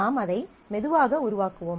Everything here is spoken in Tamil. நாம் அதை மெதுவாக உருவாக்குவோம்